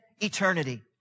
eternity